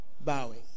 bowing